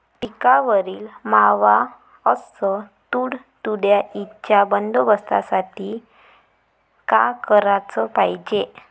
पिकावरील मावा अस तुडतुड्याइच्या बंदोबस्तासाठी का कराच पायजे?